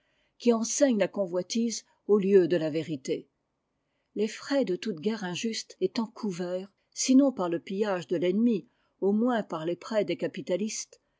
qui enseignent la convoitise au lieu de la vérité les frais de toute guerre injuste étant couverts sinon par le pillage de l'ennemi au moins par les prêts des capitalistes